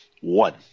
One